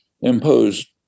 imposed